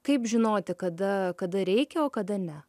kaip žinoti kada kada reikia o kada ne